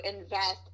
invest